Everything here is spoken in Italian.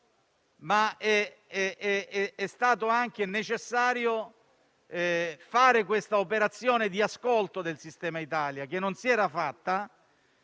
È stato anche necessario fare questa operazione di ascolto del sistema Italia, che non si era fatta